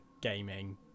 gaming